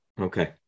Okay